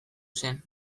zen